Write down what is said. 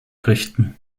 richten